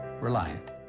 Reliant